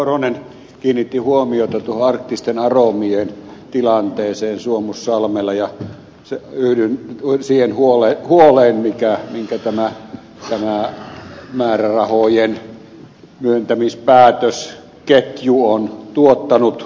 korhonen kiinnitti huomiota tuohon arktisten aromien tilanteeseen suomussalmella ja se löytyy oksien kuolee kun yhdyn siihen huoleen minkä tämä määrärahojen myöntämispäätösketju on tuottanut